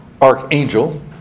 archangel